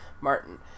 martin